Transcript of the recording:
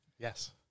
Yes